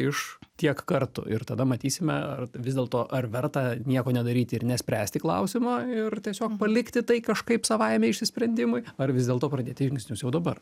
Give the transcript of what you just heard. iš tiek kartų ir tada matysime ar vis dėlto ar verta nieko nedaryti ir nespręsti klausimo ir tiesiog palikti tai kažkaip savaime išsprendimui ar vis dėlto pradėti žingsnius jau dabar